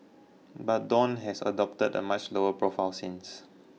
but Dawn has adopted a much lower profile since